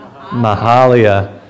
Mahalia